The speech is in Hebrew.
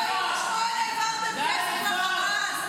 --- חבר הכנסת עבאס.